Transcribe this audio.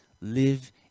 live